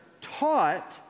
taught